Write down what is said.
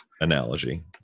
analogy